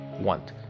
want